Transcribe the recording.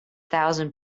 thousand